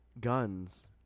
guns